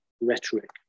rhetoric